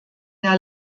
der